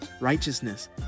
righteousness